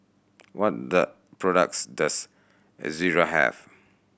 what products does Ezerra have